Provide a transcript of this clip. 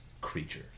creature